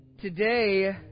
today